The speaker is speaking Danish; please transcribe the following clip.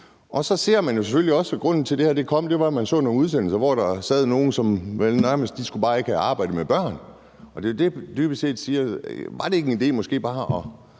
Så var det selvfølgelig også sådan, at grunden til, at det her kom, var, at man så nogle udsendelser, hvor der sad nogle, som bare ikke skulle have arbejdet med børn. Det er der, hvor jeg dybest set siger: Var det ikke en idé måske bare at